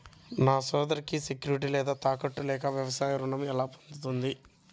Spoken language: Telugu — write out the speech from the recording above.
నా సోదరికి సెక్యూరిటీ లేదా తాకట్టు లేకపోతే వ్యవసాయ రుణం ఎలా పొందుతుంది?